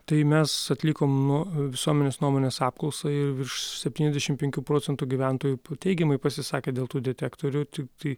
tai mes atlikom nuo visuomenės nuomonės apklausą ir virš septyniasdešim penkių procentų gyventojų teigiamai pasisakė dėl tų detektorių tiktai